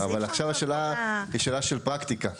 אבל עכשיו השאלה היא שאלה של פרקטיקה.